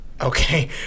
okay